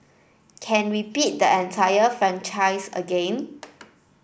can repeat the entire franchise again